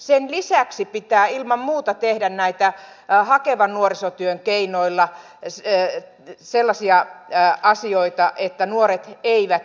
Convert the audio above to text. sen lisäksi pitää ilman muuta tehdä hakevan nuorisotyön keinoilla sellaisia asioita että nuoret eivät syrjäänny